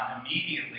Immediately